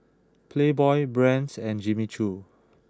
Playboy Brand's and Jimmy Choo